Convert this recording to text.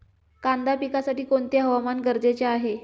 कांदा पिकासाठी कोणते हवामान गरजेचे आहे?